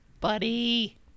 Buddy